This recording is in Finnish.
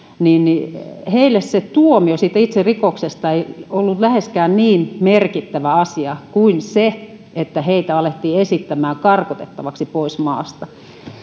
se tuomio siitä itse rikoksesta ei ollut läheskään niin merkittävä asia kuin se että heitä alettiin esittämään karkotettavaksi pois maasta